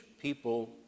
people